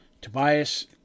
Tobias